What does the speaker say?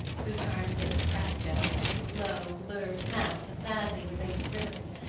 who turns its presto into a slow, blurred mess of badly related rhythms,